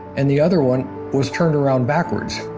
and the other one was turned around backwards.